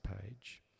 page